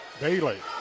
Bailey